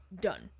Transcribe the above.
done